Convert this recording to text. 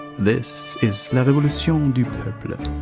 this. is la revolution du peuple.